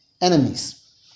enemies